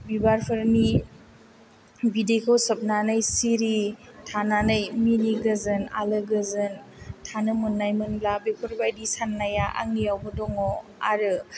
बिबारफोरनि बिदैखौ सोबनानै सिरि थानानै मिनि गोजोन आलो गोजोन थानो मोन्नायमोनब्ला बेफोरबायदि सान्नाया आंनियावबो दङ आरो